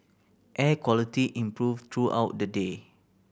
air quality improved throughout the day